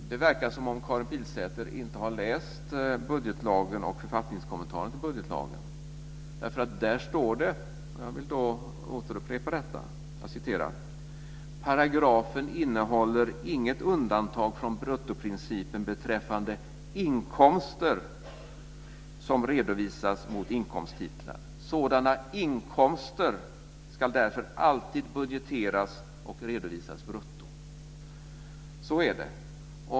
Fru talman! Det verkar som om Karin Pilsäter inte har läst budgetlagen och författningskommentaren till budgetlagen. Jag vill upprepa vad som står där: "Paragrafen innehåller inget undantag från bruttoprincipen beträffande inkomster som redovisas mot inkomsttitlar. Sådana inkomster skall därför alltid budgeteras och redovisas brutto." Så är det.